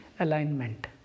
alignment